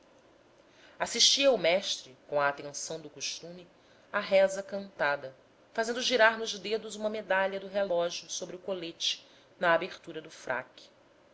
assistia o mestre com atenção do costume à reza cantada fazendo girar nos dedos uma medalha do relógio sobre o colete na abertura do fraque